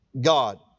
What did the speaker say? God